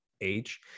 age